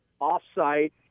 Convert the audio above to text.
off-site